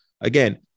again